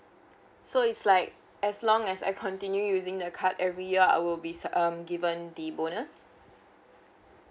so it's like as long as I continue using the card every year I will bes~ um given the bonus